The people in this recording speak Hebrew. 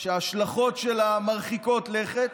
שההשלכות שלה מרחיקות לכת,